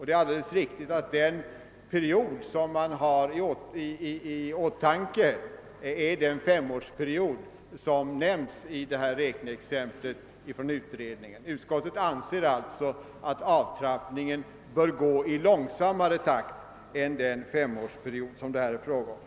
Det är alldeles riktigt att den period som man har i åtanke är den femårsperiod som nämns i utredningens räkneexempel. Utskottet anser alltså att avtrappningen bör gå i långsammare takt än den femårsperiod som det här är fråga om.